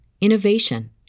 innovation